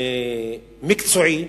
אדם מקצועי,